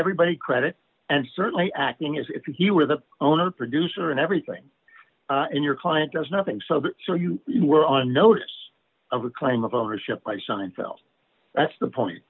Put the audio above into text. everybody credit and certainly acting as if he were the owner producer and everything in your client does nothing so you were on notice of a claim of ownership by seinfeld that's the point